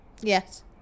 Yes